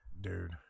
Dude